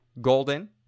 golden